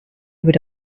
would